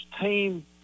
team